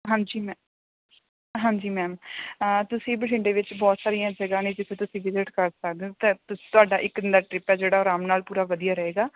ਹਾਂਜੀ ਮੈ ਹਾਂਜੀ ਮੈਮ ਤੁਸੀਂ ਬਠਿੰਡੇ ਵਿੱਚ ਬਹੁਤ ਸਾਰੀਆਂ ਜਗ੍ਹਾ ਨੇ ਜਿੱਥੇ ਤੁਸੀਂ ਵਿਜਿਟ ਕਰ ਸਕਦੇ ਹੋ ਤੁਹਾਡਾ ਇੱਕ ਦਿਨ ਦਾ ਟਰਿੱਪ ਹੈ ਜਿਹੜਾ ਉਹ ਆਰਾਮ ਨਾਲ ਪੂਰਾ ਵਧੀਆ ਰਹੇਗਾ